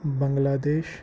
Bangladesh